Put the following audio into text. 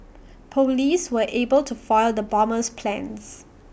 Police were able to foil the bomber's plans